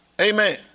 Amen